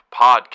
Podcast